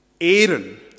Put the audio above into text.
Aaron